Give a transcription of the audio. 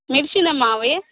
medicine అమ్మా అవి